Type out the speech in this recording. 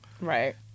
Right